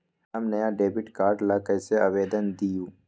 हम नया debit card ला कईसे आवेदन दिउ?